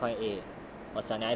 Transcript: and then he compare coin a